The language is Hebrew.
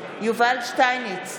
נגד יובל שטייניץ,